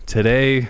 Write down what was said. Today